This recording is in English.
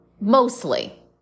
mostly